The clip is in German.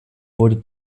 wurde